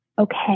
okay